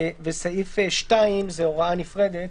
וסעיף 2 זה הוראה נפרדת